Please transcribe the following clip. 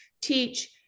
teach